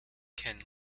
ken